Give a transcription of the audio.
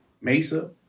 Mesa